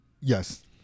Yes